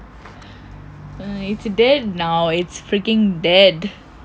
it's dead now I mean it's freaking dead